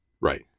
Right